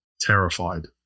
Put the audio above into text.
terrified